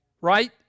right